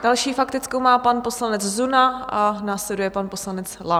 Další faktickou má pan poslanec Zuna a následuje pan poslanec Lang.